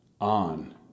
on